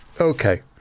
Okay